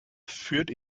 führt